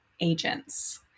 agents